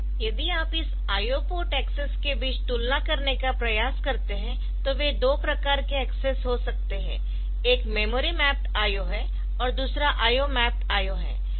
यदि आप इस IO पोर्ट एक्सेस के बीच तुलना करने का प्रयास करते है तो वे दो प्रकार के एक्सेस हो सकते है एक मेमोरी मैप्ड IO है और दूसरा IO मैप्ड IO है